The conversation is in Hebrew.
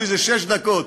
איזה שש דקות.